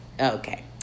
Okay